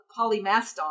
polymaston